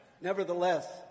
nevertheless